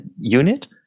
unit